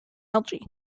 algae